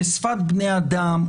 בשפת בני אדם,